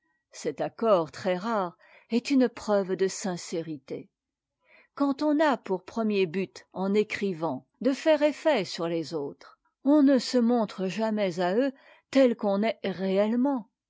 cet accord très rare est une preuve de sincérité quand on a pour premier but en écrivant de faire effet sur les autres on ne se montre jamais à eux tel qu'on est réellement